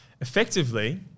effectively